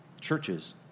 Churches